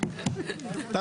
נא